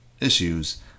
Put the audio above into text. issues